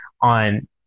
on